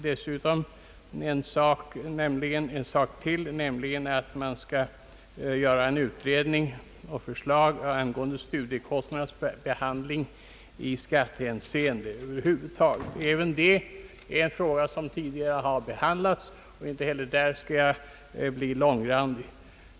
Reservationen nr 1 innehåller vidare förslag om utredning och förslag angående studiekostnadernas behandling i skattehänseende över huvud taget. Även det är en fråga som tidigare har behandlats, och inte heller här skall jag bli långrandig.